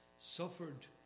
suffered